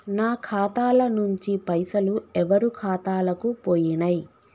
నా ఖాతా ల నుంచి పైసలు ఎవరు ఖాతాలకు పోయినయ్?